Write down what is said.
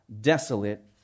desolate